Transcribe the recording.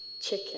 Chicken